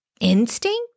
instinct